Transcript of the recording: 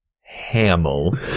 Hamill